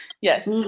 Yes